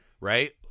right